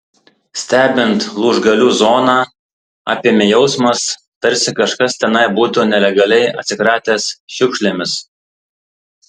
stebint lūžgalių zoną apėmė jausmas tarsi kažkas tenai būtų nelegaliai atsikratęs šiukšlėmis